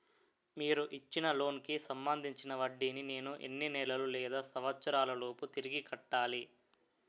మీరు ఇచ్చిన లోన్ కి సంబందించిన వడ్డీని నేను ఎన్ని నెలలు లేదా సంవత్సరాలలోపు తిరిగి కట్టాలి?